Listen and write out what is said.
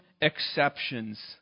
exceptions